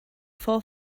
fall